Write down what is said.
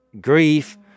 grief